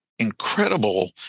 incredible